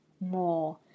more